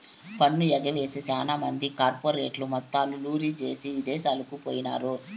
పన్ను ఎగవేసి సాన మంది కార్పెరేట్లు మొత్తం లూరీ జేసీ ఇదేశాలకు పోయినారు